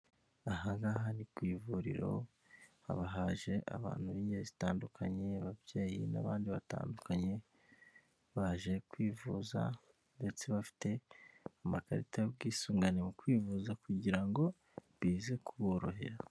Aha ngaha ni ku ivuriro haba haje abantu b'ingeri zitandukanye ababyeyi n'abandi batandukanye baje kwivuza ndetse bafite amakarita y'ubwisungane mu kwivuza kugira ngo bize kuborohera.